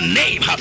name